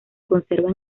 conserva